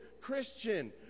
Christian